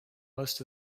most